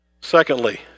Secondly